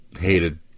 hated